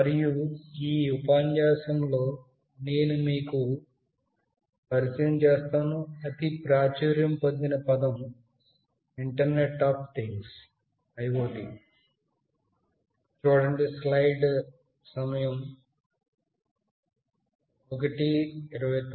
మరియు ఈ ఉపన్యాసం లో నేను మీకు అతి ప్రాచుర్యం పొందిన పదం ఇంటర్నెట్ అఫ్ థింగ్స్ పరిచయం చేస్తాను